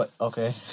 Okay